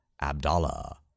Abdallah